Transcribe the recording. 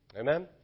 amen